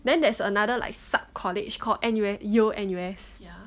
then there's another like sub college called N_U_S Yale N_U_S